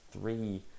three